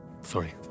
Sorry